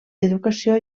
educació